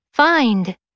Find